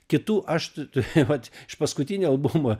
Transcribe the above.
kitų aš tai vat iš paskutinio albumo